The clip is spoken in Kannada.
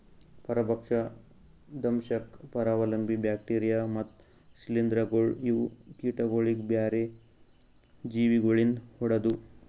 ಪರಭಕ್ಷ, ದಂಶಕ್, ಪರಾವಲಂಬಿ, ಬ್ಯಾಕ್ಟೀರಿಯಾ ಮತ್ತ್ ಶ್ರೀಲಿಂಧಗೊಳ್ ಇವು ಕೀಟಗೊಳಿಗ್ ಬ್ಯಾರೆ ಜೀವಿ ಗೊಳಿಂದ್ ಹೊಡೆದು